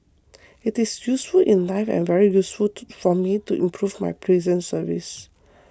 it is useful in life and very useful to for me to improve my prison service